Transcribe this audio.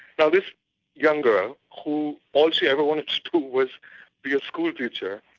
now this young girl, who all she ever wanted to do was be a schoolteacher,